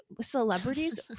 celebrities